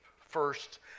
first